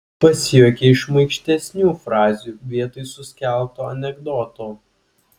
pasijuokia iš šmaikštesnių frazių vietoj suskelto anekdoto